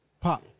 Pop